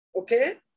Okay